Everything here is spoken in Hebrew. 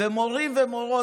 מורים ומורות,